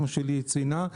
כמו שליהי ציינה.